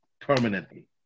permanently